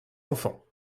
enfants